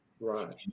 Right